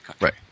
Right